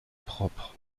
propre